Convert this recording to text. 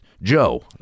Joe